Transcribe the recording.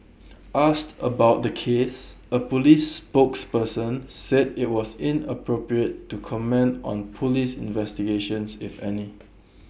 asked about the case A Police spokesperson said IT was inappropriate to comment on Police investigations if any